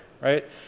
right